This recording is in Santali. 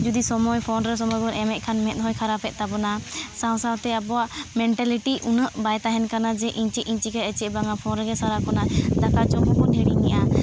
ᱡᱩᱫᱤ ᱥᱚᱢᱚᱭ ᱯᱷᱳᱱ ᱨᱮ ᱥᱚᱢᱚᱭ ᱵᱚᱱ ᱮᱢᱮᱜ ᱠᱷᱟᱱ ᱢᱮᱸᱫ ᱦᱚᱸᱭ ᱠᱷᱟᱨᱟᱵᱮᱫ ᱛᱟᱵᱚᱱᱟ ᱥᱟᱶ ᱥᱟᱛᱮ ᱟᱵᱚᱣᱟᱜ ᱢᱮᱱᱴᱟᱞᱤᱴᱤ ᱩᱱᱟᱹᱜ ᱵᱟᱭ ᱛᱟᱦᱮᱱ ᱠᱟᱱᱟ ᱡᱮ ᱤᱧ ᱪᱮᱫ ᱤᱧ ᱪᱤᱠᱟᱹᱭᱟ ᱪᱮᱫ ᱵᱟᱝᱼᱟ ᱯᱷᱳᱱ ᱨᱮᱜᱮ ᱥᱟᱨᱟ ᱠᱷᱚᱱᱟᱜ ᱫᱟᱠᱟ ᱡᱚᱢ ᱦᱚᱵᱚᱱ ᱦᱤᱲᱤᱧᱮᱜᱼᱟ